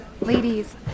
Ladies